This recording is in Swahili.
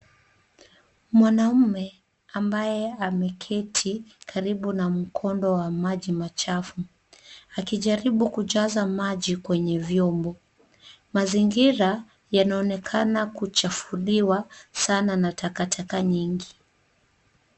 Mwanaume ambaye ameketi karibu na mkondo wa maji machafu , akijaribu kujaza maji kwenye vyombo. Mazingira yanaonekana kuchafuliwa sana na takataka nyingi.